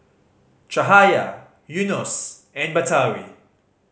Cahaya Yunos and Batari